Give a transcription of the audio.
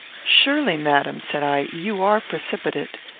surely, madam, said i, you are precipitate.